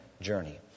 journey